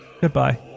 Goodbye